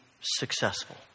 successful